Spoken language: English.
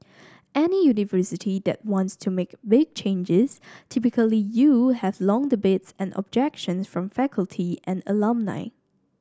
any university that wants to make big changes typically you have long debates and objections from faculty and alumni